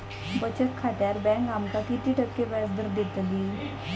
बचत खात्यार बँक आमका किती टक्के व्याजदर देतली?